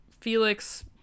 Felix